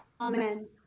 Amen